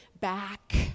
back